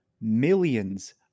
millions